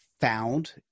found